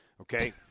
okay